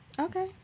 Okay